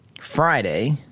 Friday